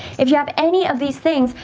if you have any of these things,